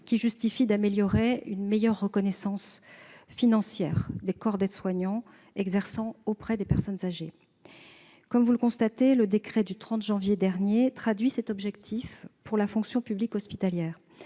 qui justifient une meilleure reconnaissance financière des corps d'aides-soignants exerçant auprès des personnes âgées. Comme vous le constatez, le décret du 30 janvier dernier traduit cet objectif pour la fonction publique hospitalière.